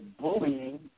Bullying